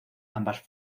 ambas